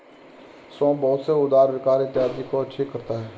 सौंफ बहुत से उदर विकार इत्यादि को ठीक करता है